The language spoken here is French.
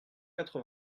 quatre